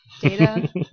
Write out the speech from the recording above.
Data